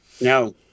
No